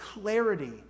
clarity